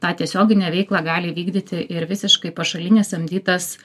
tą tiesioginę veiklą gali vykdyti ir visiškai pašalinis samdytas